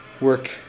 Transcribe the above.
work